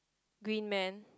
green man